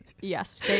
yes